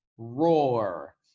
Roar